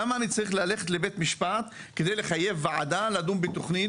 למה אני צריך ללכת לבית המשפט כדי לחייב ועדה לדון בתוכנית,